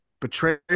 Betrayal